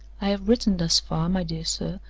i have written thus far, my dear sir,